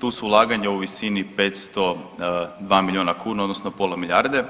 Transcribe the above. Tu su ulaganja u visini 502 milijuna kuna odnosno pola milijarde,